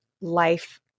life